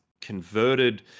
converted